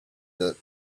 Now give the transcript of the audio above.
that